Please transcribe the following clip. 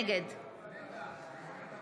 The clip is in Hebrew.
נגד